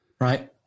right